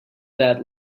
that